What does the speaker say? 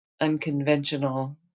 unconventional